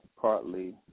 partly